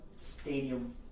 stadium